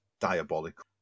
Diabolical